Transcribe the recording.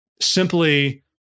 simply